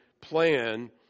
plan